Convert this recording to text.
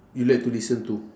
you like to listen to